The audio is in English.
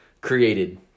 created